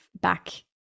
back